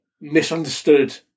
misunderstood